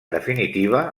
definitiva